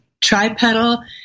tripedal